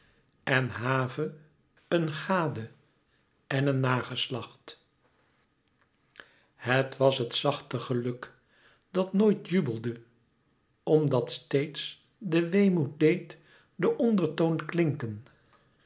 en have een gade en een nageslacht het was het zachte geluk dat nooit jubelde omdat steeds de weemoed deed den ondertoon klinken